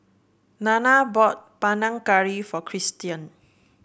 Nana bought Panang Curry for Christion